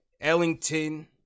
Ellington